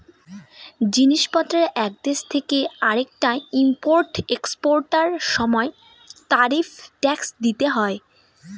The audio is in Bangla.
জিনিস পত্রের এক দেশ থেকে আরেকটায় ইম্পোর্ট এক্সপোর্টার সময় ট্যারিফ ট্যাক্স দিতে হয়